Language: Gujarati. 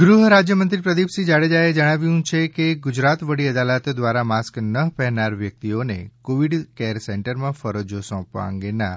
જાડેજા વડી અદાલત ગૃહ રાજ્યમંત્રી પ્રદિપસિંહ જાડેજાએ જણાવ્યું છે કે ગુજરાતવડી અદાલત દ્વારા માસ્ક ન પહેરનાર વ્યક્તિઓને કોવિડ કેર સેન્ટરમાં ફરજો સોંપવા અંગેના